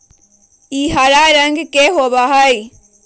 ई हरा रंग के होबा हई